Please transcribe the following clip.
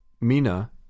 Mina